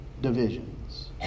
divisions